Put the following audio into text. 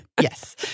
Yes